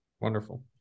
Wonderful